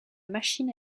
machine